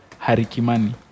Harikimani